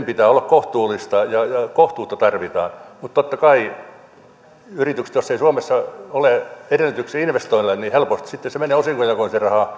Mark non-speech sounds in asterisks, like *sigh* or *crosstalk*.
*unintelligible* pitää olla kohtuullista ja kohtuutta tarvitaan mutta totta kai yrityksiltä jos ei suomessa ole edellytyksiä investoinneille helposti sitten se raha menee osingonjakoon